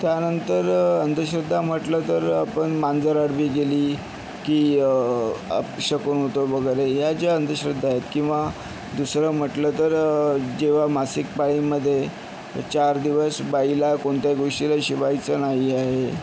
त्यानंतर अंधश्रद्धा म्हटलं तर आपण मांजर आडवी गेली की अपशकुन होतो वगैरे या ज्या अंधश्रद्धा आहेत किंवा दुसरं म्हटलं तर जेव्हा मासिक पाळीमध्ये चार दिवस बाईला कोणत्या गोष्टीला शिवायचं नाही आहे